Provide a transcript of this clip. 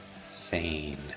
sane